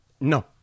No